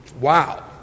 Wow